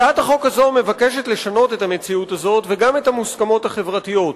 הצעת החוק הזאת מבקשת לשנות את המציאות הזאת וגם את המוסכמות החברתיות,